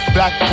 Black